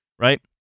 Right